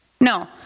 No